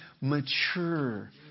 mature